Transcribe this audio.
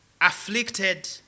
afflicted